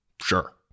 sure